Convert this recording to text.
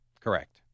Correct